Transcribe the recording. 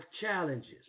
challenges